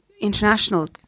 international